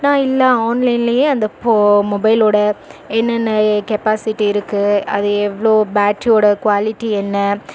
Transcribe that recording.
நான் இல்லை ஆன்லைனிலேயே அந்தப் ஃபொ மொபைலோடய என்னென்ன கெப்பாசிட்டி இருக்குது அது எவ்வளோ பேட்ரியோடய குவாலிட்டி என்ன